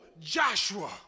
Joshua